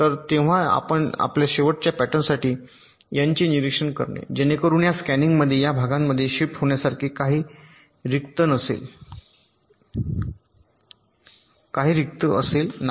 तर जेव्हा आपण आहात शेवटच्या पॅटर्नसाठी एन चे निरीक्षण करणे जेणेकरून या स्कॅनिनमध्ये या भागामध्ये शिफ्ट होण्यासारखे काही रिक्त असेल नाही